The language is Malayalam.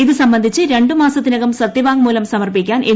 ഇതു സംബന്ധിച്ച് രണ്ട് മാസത്തിനകം സത്യവാങ്മൂലം സമർപ്പിക്കാൻ എൻ